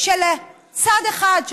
של צד אחד,